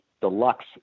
deluxe